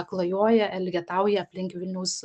klajoja elgetauja aplink vilniaus